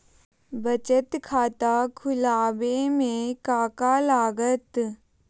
बचत खाता खुला बे में का का लागत?